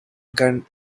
gun